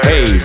Hey